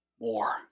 more